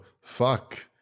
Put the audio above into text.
fuck